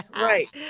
right